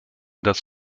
dass